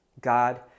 God